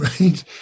Right